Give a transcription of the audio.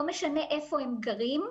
לא משנה איפה הם גרים,